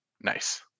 Nice